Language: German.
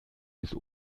bis